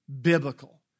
biblical